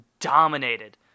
dominated